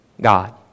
God